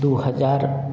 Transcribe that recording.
दू हजार